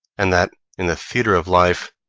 and that, in the theatre of life,